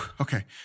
Okay